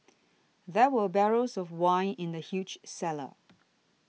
there were barrels of wine in the huge cellar